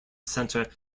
center